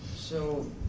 so,